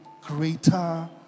greater